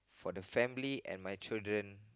for the family and my children